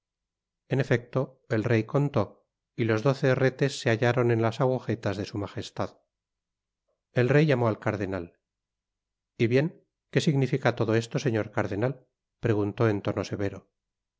en efecto el rey contó y los doce herretes se hallaron en las agujetas de su majestad el rey llamó al cardenal y bien qué significa todo esto señor cardenal preguntó en tono severo